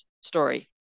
story